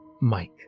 Mike